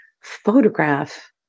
photograph